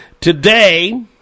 Today